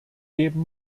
geben